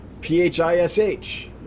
P-H-I-S-H